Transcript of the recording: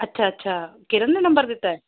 ਅੱਛਾ ਅੱਛਾ ਕਿਰਨ ਨੇ ਨੰਬਰ ਦਿੱਤਾ